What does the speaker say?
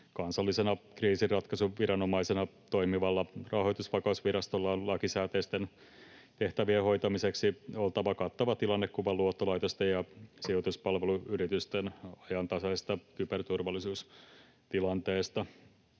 Kansallisena kriisinratkaisuviranomaisena toimivalla Rahoitusvakausvirastolla on lakisääteisten tehtäviensä hoitamiseksi oltava kattava tilannekuva luottolaitosten ja sijoituspalveluyritysten ajantasaisesta kyberturvallisuustilanteesta.